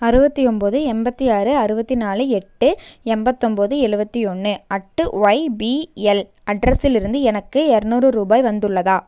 அறுபத்தி ஒம்போது எண்பத்தி ஆறு அறுபத்தி நாலு எட்டு எண்பத்தொம்போது எழுபத்தி ஒன்று அட்டு ஒய்பிஎல் அட்ரஸிலிருந்து எனக்கு இரநூறு ரூபாய் வந்துள்ளதா